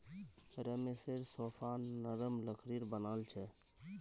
रमेशेर सोफा नरम लकड़ीर बनाल छ